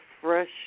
fresh